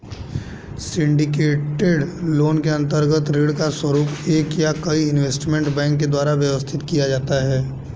syndicated loan के अंतर्गत ऋण का स्वरूप एक या कई इन्वेस्टमेंट बैंक के द्वारा व्यवस्थित किया जाता है